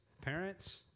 parents